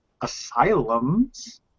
asylums